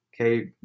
Okay